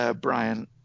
Brian